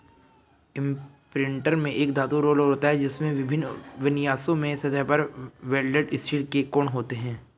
imprinter में एक धातु रोलर होता है, जिसमें विभिन्न विन्यासों में सतह पर वेल्डेड स्टील के कोण होते हैं